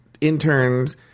interns